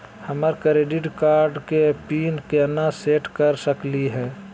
हमर credit card के PIN केना सेट कर सकली हे?